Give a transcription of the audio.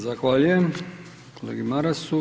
Zahvaljujem kolegi Marasu.